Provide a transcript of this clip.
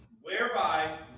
Whereby